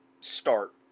start